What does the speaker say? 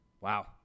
Wow